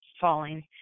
falling